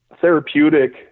therapeutic